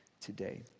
today